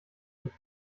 mich